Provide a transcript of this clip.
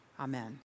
Amen